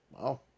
Wow